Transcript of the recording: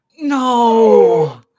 No